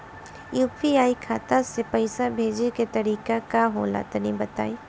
UPI खाता से पइसा भेजे के तरीका का होला तनि बताईं?